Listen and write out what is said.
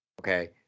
Okay